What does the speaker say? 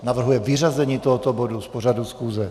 Navrhuje vyřazení tohoto bodu z pořadu schůze.